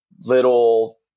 little